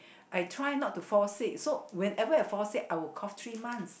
I try not to fall sick so whenever I fall sick I will cough three months